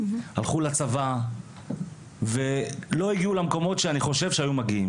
הלכו לצבא ולא הגיעו למקומות שאני חושב שהיו מגיעים